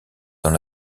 dans